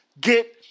get